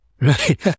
Right